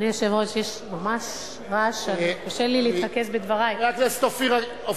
אני חושבת שהצעת החוק המדוברת,